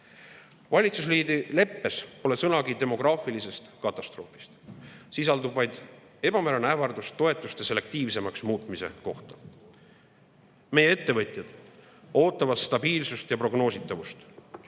Valitsusliidu leppes pole sõnagi demograafilisest katastroofist. Selles sisaldub vaid ebamäärane ähvardus toetuste selektiivsemaks muutmise kohta. Meie ettevõtjad ootavad stabiilsust ja prognoositavust.